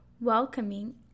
welcoming